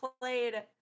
played